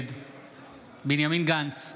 נגד בנימין גנץ,